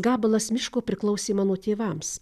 gabalas miško priklausė mano tėvams